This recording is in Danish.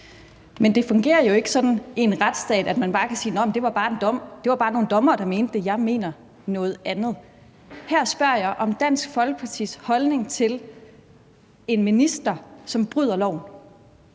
Men det fungerer jo ikke sådan i en retsstat, at man bare kan sige: Nå, men det var bare en dom; det var bare nogle dommere, der mente det; jeg mener noget andet. Her spørger jeg om Dansk Folkepartis holdning til en minister, som bryder loven,